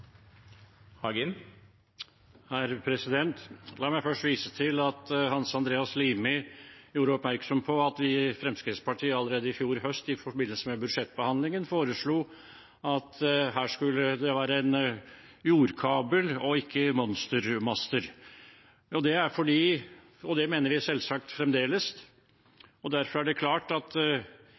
La meg først vise til at Hans Andreas Limi gjorde oppmerksom på at vi i Fremskrittspartiet allerede i fjor høst, i forbindelse med budsjettbehandlingen, foreslo at her skulle det være en jordkabel og ikke monstermaster. Det mener vi selvsagt fremdeles. Derfor er det klart at